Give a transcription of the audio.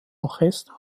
orchester